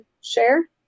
share